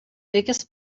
biggest